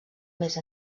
més